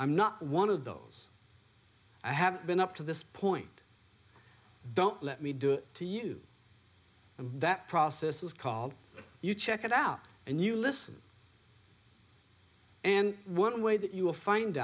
i'm not one of those i have been up to this point don't let me do it to you and that process is called you check it out and you listen and one way that you will find